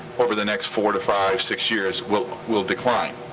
over the next four to five, six years, will will decline